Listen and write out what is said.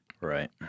right